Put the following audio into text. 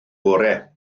gorau